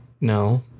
No